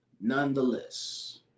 nonetheless